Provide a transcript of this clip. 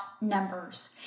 numbers